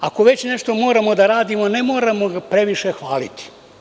Ako već nešto moramo da radimo, ne moramo ga previše hvaliti.